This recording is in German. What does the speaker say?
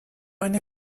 eine